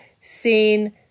seen